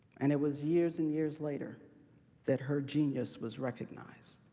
and it was years and years later that her genius was recognized,